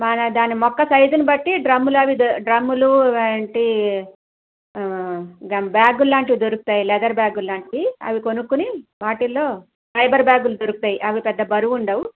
మన దాని మొక్క సైజును బట్టి డ్రమ్ములవి డ్రమ్ములు ఏంటి బ్యాగు లాంటివి దొరుకుతాయి లెదర్ బ్యాగులాంటివి అవి కొనుక్కొని వాటిలో ఫైబర్ బ్యాగులు దొరుకుతాయి అవి పెద్ద బరువు ఉండవు